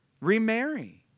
remarry